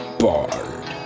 barred